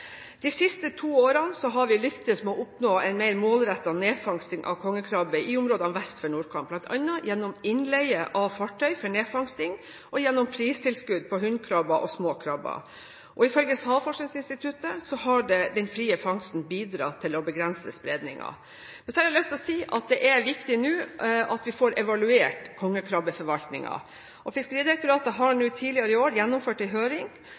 De siste to årene har vi lyktes med å oppnå en mer målrettet nedfangsting av kongekrabbe i områdene vest for Nordkapp, bl.a. gjennom innleie av fartøy for nedfangsting, og gjennom pristilskudd på hunnkrabber og småkrabber. Ifølge Havforskningsinstituttet har den frie fangsten bidratt til å begrense spredningen. Så har jeg lyst til å si at det nå er viktig at vi får evaluert kongekrabbeforvaltningen. Fiskeridirektoratet har tidligere i år gjennomført en høring